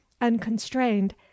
unconstrained